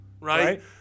right